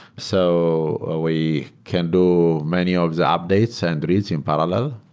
so ah we can do many of the updates and reaching parallel.